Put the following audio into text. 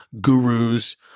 gurus